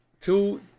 two